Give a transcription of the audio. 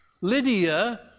Lydia